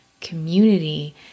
community